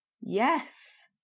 Yes